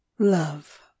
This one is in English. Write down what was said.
Love